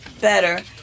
better